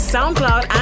SoundCloud